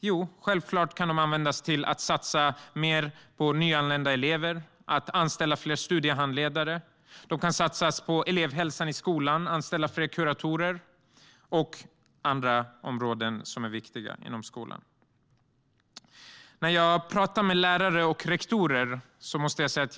Jo, självklart kan de användas till att satsa mer på nyanlända elever och att anställa fler studiehandledare. De kan satsas på elevhälsan i skolan och på att anställa fler kuratorer, liksom på andra viktiga områden i skolan. När jag pratar med lärare och rektorer blir jag ändå oroad.